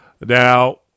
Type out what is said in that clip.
Now